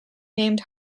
named